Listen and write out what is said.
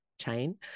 chain